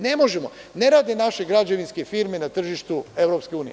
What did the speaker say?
Ne rade naše građevinske firme na tržištu EU.